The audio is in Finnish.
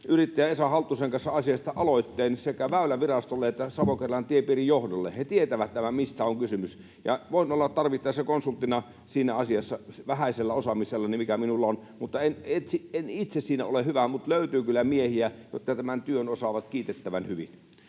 yrittäjä Esa Halttusen kanssa asiasta aloitteen sekä Väylävirastolle että Savo-Karjalan tiepiirin johdolle — he tietävät tämän, mistä on kysymys — ja voin olla tarvittaessa konsulttina siinä asiassa vähäisellä osaamisellani, mikä minulla on. En itse siinä ole hyvä, mutta löytyy kyllä miehiä, jotka tämän työn osaavat kiitettävän hyvin.